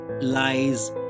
lies